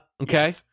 Okay